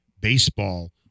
baseball